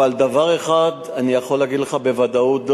אבל דבר אחד אני יכול להגיד לך בוודאות,